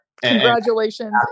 Congratulations